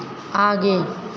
आगे